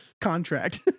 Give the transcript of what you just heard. contract